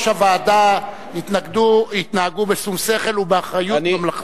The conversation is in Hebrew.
הוועדה התנהגו בשום שכל ובאחריות ממלכתית.